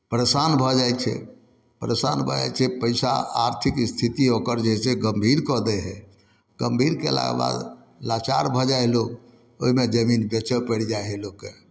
परेशान भऽ जाइ छै परेशान भऽ जाइ छै पैसा आर्थिक स्थिति ओकर जे हइ से गम्भीर कऽ दै हइ गम्भीर कयलाके बाद लाचार भऽ जाइ हइ लोक ओहिमे जमीन बेचय पड़ि जाइ हइ लोककेँ